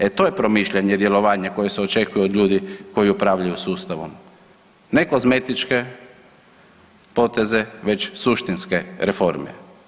E to je promišljanje i djelovanje koje se očekuje od ljudi koji upravljaju sustavom, ne kozmetičke poteze već suštinske reforme.